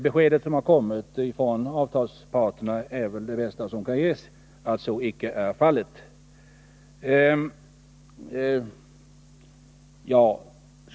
Beskedet som har kommit från avtalsparterna är väl den bästa dementi som kan ges av sådana påståenden.